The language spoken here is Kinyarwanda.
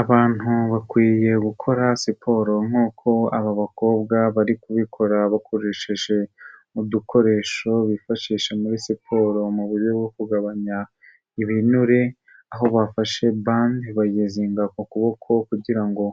Abantu bakwiye gukora siporo nk'uko aba bakobwa bari kubikora bakoresheje udukoresho bifashisha muri siporo mu buryo bwo kugabanya ibinure, aho bafashe bande bayizinga ku kuboko kugira ngo